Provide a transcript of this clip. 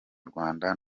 rwanda